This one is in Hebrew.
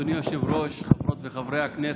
אדוני היושב-ראש, חברי הכנסת,